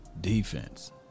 defense